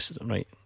Right